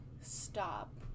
stop